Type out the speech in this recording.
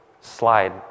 slide